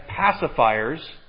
pacifiers